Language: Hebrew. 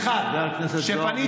חבר הכנסת זוהר,